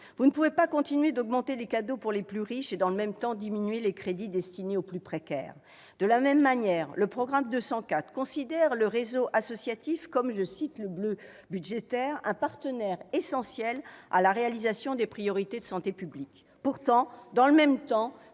Vous ne pouvez pas continuer à augmenter les cadeaux pour les plus riches et, dans le même temps, diminuer les crédits destinés aux plus précaires. De la même manière, le programme 204 considère le réseau associatif comme « un partenaire essentiel à la réalisation des priorités de santé publique », pour reprendre